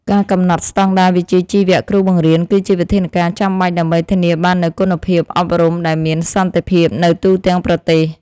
ការកំណត់ស្តង់ដារវិជ្ជាជីវៈគ្រូបង្រៀនគឺជាវិធានការចាំបាច់ដើម្បីធានាបាននូវគុណភាពអប់រំដែលមានសន្តិភាពនៅទូទាំងប្រទេស។